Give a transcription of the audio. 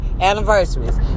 anniversaries